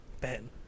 Ben